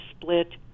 split